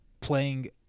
playing